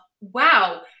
wow